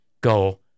go